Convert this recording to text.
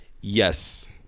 yes